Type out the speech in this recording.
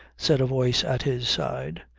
said a voice at his side.